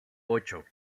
ocho